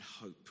hope